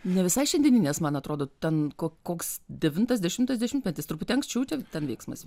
ne visai šiandienines man atrodo ten ko koks devintas dešimtas dešimtmetis truputį anksčiau čia ten veiksmas